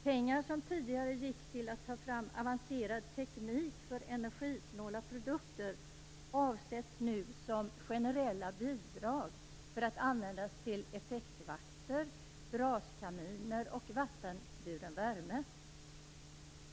Pengar som tidigare gick till att ta fram avancerad teknik för energisnåla produkter avsätts nu som generella bidrag för att användas till effektvakter, braskaminer och vattenburen värme.